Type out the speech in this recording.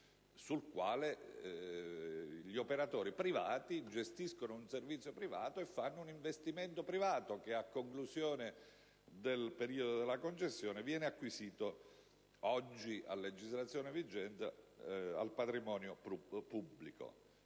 sul quale gli operatori privati gestiscono un servizio privato e fanno un investimento privato che, a conclusione del periodo della concessione, viene acquisito, a legislazione vigente, al patrimonio pubblico.